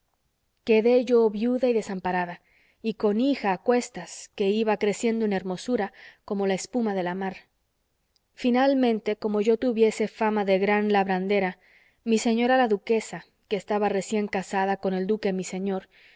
quedé yo viuda y desamparada y con hija a cuestas que iba creciendo en hermosura como la espuma de la mar finalmente como yo tuviese fama de gran labrandera mi señora la duquesa que estaba recién casada con el duque mi señor